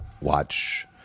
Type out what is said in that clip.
watch –